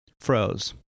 froze